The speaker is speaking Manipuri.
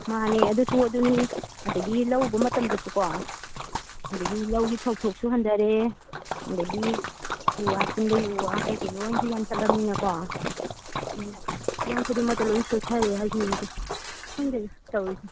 ꯃꯥꯅꯦ ꯑꯗꯨꯁꯨ ꯑꯗꯨꯅꯤ ꯑꯗꯒꯤ ꯂꯧ ꯎꯕ ꯃꯇꯝꯗꯁꯨ ꯀꯣ ꯑꯗꯒꯤ ꯂꯧꯒꯤ ꯄꯣꯠꯊꯣꯛꯁꯨ ꯍꯟꯊꯔꯦ ꯑꯗꯒꯤ ꯎ ꯋꯥ ꯆꯤꯡꯗꯒꯤ ꯎ ꯋꯥ ꯀꯩꯀꯩꯅꯣ ꯂꯣꯏꯅꯁꯨ ꯌꯥꯟꯊꯠꯂꯃꯤꯅꯀꯣ ꯑꯗꯨꯅ ꯍꯤꯔꯝ ꯈꯨꯗꯤꯡꯃꯛꯇ ꯂꯣꯏ ꯁꯣꯊꯔꯦ ꯍꯥꯏꯗꯤ ꯈꯪꯗꯦꯗ ꯇꯧꯔꯤꯁꯦ